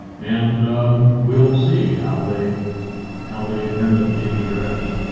and we'll see how they how they end up being addressed.